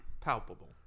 Palpable